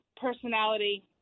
personality